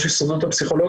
יו"ר הסתדרות הפסיכולוגיים.